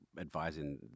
advising